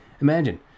Imagine